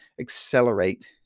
accelerate